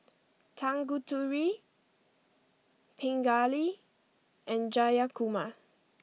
Tanguturi Pingali and Jayakumar